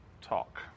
Talk